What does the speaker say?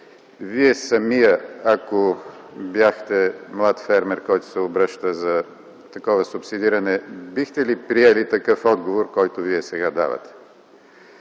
Вие самият, ако бяхте млад фермер, който се обръща за такова субсидиране, бихте ли приели такъв отговор, който Вие сега давате?